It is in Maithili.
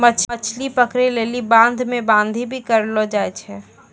मछली पकड़ै लेली बांध मे बांधी भी करलो जाय छै